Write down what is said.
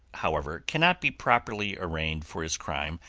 however, cannot be properly arraigned for his crime,